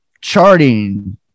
Charting